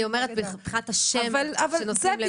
אני אומרת מבחינת השם שנוסף.